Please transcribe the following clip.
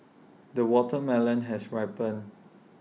the watermelon has ripened